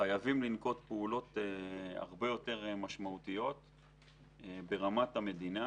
חייבים לנקוט פעולות הרבה יותר משמעותיות ברמת המדינה